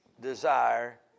desire